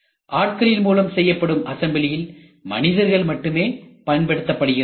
ஆட்களின் மூலம் செய்யப்படும் அசம்பிளியில் மனிதர்கள் மட்டுமே பயன்படுத்தப்படுகிறார்கள்